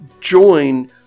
join